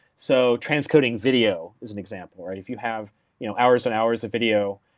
so transcoding video is an example, or if you have you know hours and hours of video,